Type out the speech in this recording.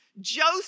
Joseph